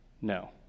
no